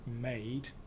made